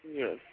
Yes